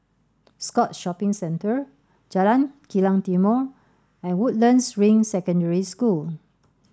Scotts Shopping Centre Jalan Kilang Timor and Woodlands Ring Secondary School